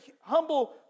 humble